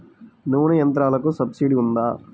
నూనె యంత్రాలకు సబ్సిడీ ఉందా?